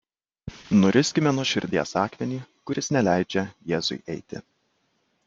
nuriskime nuo širdies akmenį kuris neleidžia jėzui įeiti